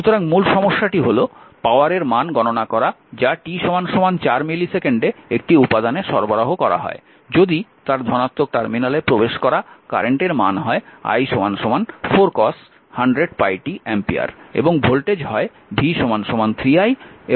সুতরাং মূল সমস্যাটি হল পাওয়ারের মান গণনা করা যা t 4 মিলিসেকেন্ডে একটি উপাদানে সরবরাহ করা হয় যদি তার ধনাত্মক টার্মিনালে প্রবেশ করা কারেন্টের মান হয় i 4 cos 100πt অ্যাম্পিয়ার এবং ভোল্টেজ হয় v 3 i এবং v 3 di dt